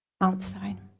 outside